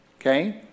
Okay